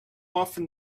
often